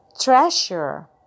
treasure